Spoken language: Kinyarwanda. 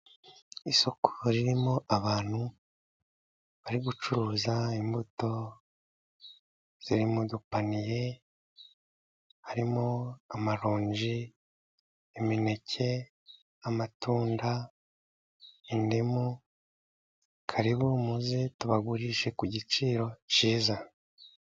Isoko ririmo abantu bari gucuruza imbuto zirimudupaniye, harimo amaronji, imineke, amatunda, indemu karibu muze tubagurishe ku giciro cyiza.